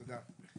תודה.